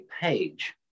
page